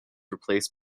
replaced